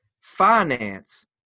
finance